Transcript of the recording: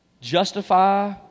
justify